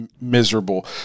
miserable